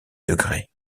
degrés